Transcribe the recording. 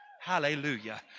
Hallelujah